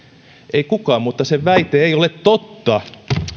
ei kukaan mutta se väite ei ole totta